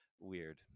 weird